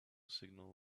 signal